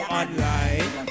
online